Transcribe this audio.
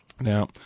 Now